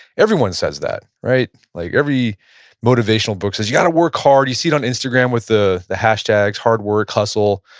everyone says that, right? like every motivational book says you got to work hard. you see it on instagram with the the hashtags, hard work, hustle.